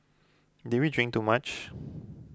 did we drink too much